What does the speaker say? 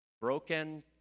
broken